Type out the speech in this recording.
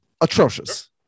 atrocious